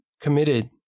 committed